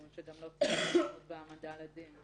שגם לא תהיה התיישנות בהעמדה לדין.